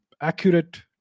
accurate